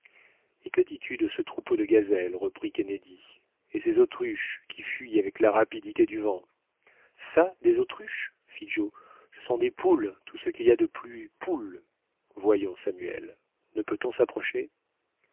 et que dis-tu de ce troupeau de gazelles reprit kennedy et ces autruches qui fuient avec la rapidité du vent ça des autruches fit joe ce sont des poules tout ce qu'il y a de plus poules voyons samuel ne peut-on s'approcher